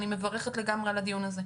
אני מברכת על הדיון לגמרי על הדיון הזה,